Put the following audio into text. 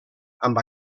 amb